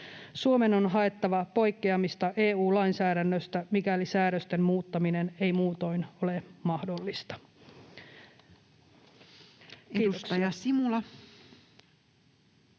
Suomen on haettava poikkeamista EU-lainsäädännöstä, mikäli säädösten muuttaminen ei muutoin ole mahdollista.” — Kiitoksia.